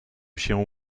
się